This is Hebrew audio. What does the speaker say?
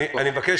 ואני מבקש,